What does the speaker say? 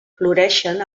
floreixen